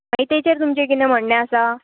मागीर ताचेर तुमचें कितें म्हण्णें आसा